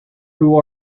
who